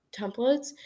templates